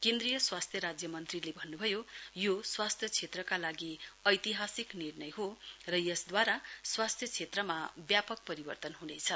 केन्द्रीय स्वास्थ्य राज्यमन्त्रीले भन्नुभएको छ यो स्वास्थ्य क्षेत्रका लागि ऐतिहासिक निर्णय हो र यसद्वारा स्वास्थ्य क्षेत्रमा ब्यापक परिवर्तन हुनेछ